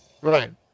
Right